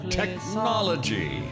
technology